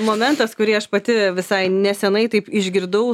momentas kurį aš pati visai nesenai taip išgirdau